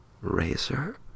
razor